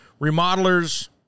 remodelers